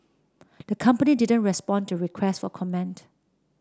the company didn't respond to requests for comment